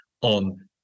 on